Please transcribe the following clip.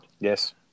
Yes